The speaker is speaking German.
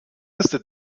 erste